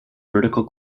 vertical